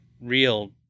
real